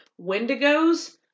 Wendigos